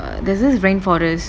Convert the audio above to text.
uh there's this rain forest